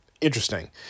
Interesting